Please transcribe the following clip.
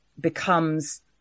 becomes